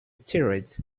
steroids